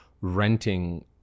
renting